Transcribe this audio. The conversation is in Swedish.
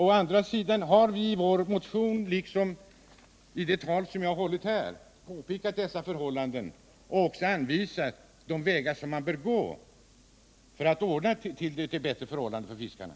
Å andra sidan har vi i vår motion, liksom jag gjorde i det anförande som jag nyss höll här, påpekat dessa förhållanden och också anvisat de vägar som man bör gå för att ordna bättre förhållanden för fiskarna.